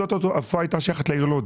המקום היה שייך לעיר לוד